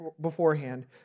beforehand